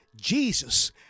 Jesus